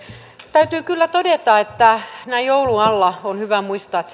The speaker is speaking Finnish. täytyy kyllä todeta että näin joulun alla on hyvä muistaa että